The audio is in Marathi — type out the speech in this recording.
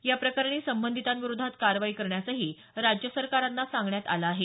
या प्रकरणी संबंधितांविरोधात कारवाई करण्यासही राज्य सरकारांना सांगण्यात आलं आहे